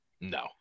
No